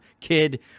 kid